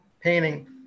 painting